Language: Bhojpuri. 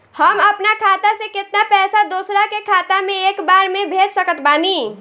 हम अपना खाता से केतना पैसा दोसरा के खाता मे एक बार मे भेज सकत बानी?